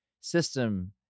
system